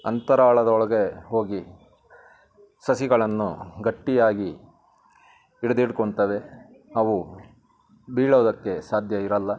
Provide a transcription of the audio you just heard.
ಅಂತರಾಳದೊಳಗೆ ಹೋಗಿ ಸಸಿಗಳನ್ನು ಗಟ್ಟಿಯಾಗಿ ಹಿಡಿದಿಟ್ಕೊಂತವೆ ಅವು ಬೀಳೋದಕ್ಕೆ ಸಾಧ್ಯ ಇರಲ್ಲ